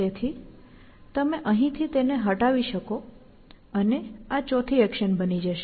તેથી તમે અહીં થી તેને હટાવી શકો અને આ ચોથી એક્શન બની જશે